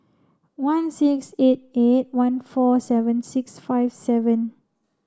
one six eight eight one four seven six five seven